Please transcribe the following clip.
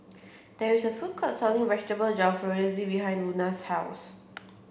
there is a food court selling Vegetable Jalfrezi behind Luna's house